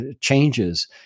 changes